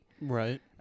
right